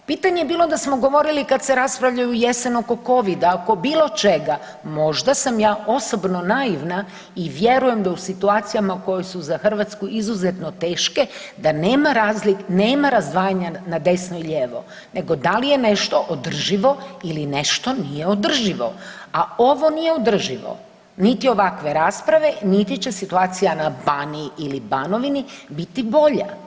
Pitanje je bilo da smo govorili kad se raspravlja jesen oko COVID-a, oko bilo čega, možda sam ja osobno naivna i vjerujem da u situacijama koje su za Hrvatsku izuzetno teške, da nema razdvajanja na desno i lijevo nego da li je nešto održivo ili nešto nije održivo, a ovo nije održivo niti ovakve rasprave niti će situacija na Baniji ili Banovini biti bolja.